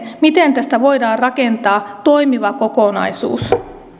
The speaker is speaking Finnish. sitä miten tästä voidaan rakentaa toimiva kokonaisuus